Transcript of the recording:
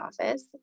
office